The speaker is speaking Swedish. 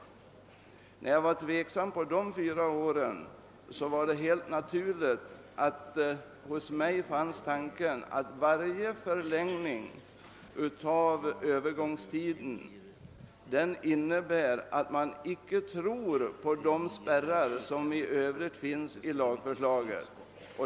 Eftersom jag var tveksam beträffande dessa fyra år, är det helt naturligt att jag ansåg att varje förlängning av Övergångstiden innebar att man inte trodde på de spärrar som finns i lagförslaget.